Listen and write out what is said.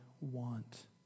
want